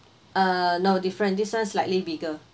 uh no different this one slightly bigger